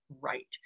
right